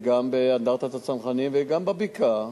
גם באנדרטת הצנחנים וגם בבקעה,